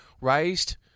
raised